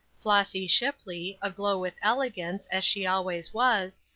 flossy shipley, aglow with elegance, as she always was,